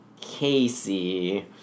Casey